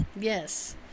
Yes